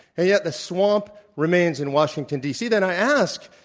yet the swamp remains in washington, d. c. then i ask,